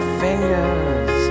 fingers